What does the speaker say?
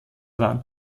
waren